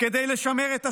כדי לשמר את השלטון,